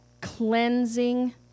cleansing